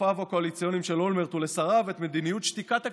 לשותפיו הקואליציוניים של אולמרט ולשריו את מדיניות שתיקת הכבשים,